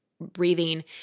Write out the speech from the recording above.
breathing